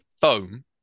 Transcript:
foam